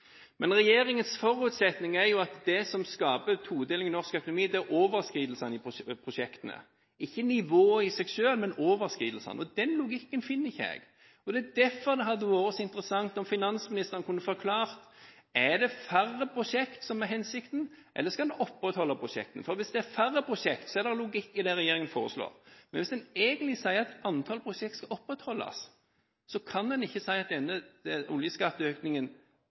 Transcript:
men overskridelsene i prosjektene. Den logikken ser ikke jeg. Derfor hadde det vært interessant om finansministeren kunne forklart: Er det færre prosjekter som er hensikten, eller skal en opprettholde prosjektene? Hvis hensikten er færre prosjekter, er det logikk i det regjeringen foreslår, mens hvis en egentlig sier at antall prosjekter skal opprettholdes, kan en ikke si at denne oljeskatteøkningen